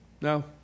No